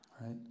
Right